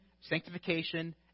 sanctification